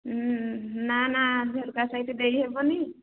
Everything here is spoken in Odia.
ନା ନା ଝରକା ସାଇଡ୍ ଦେଇ ହେବନି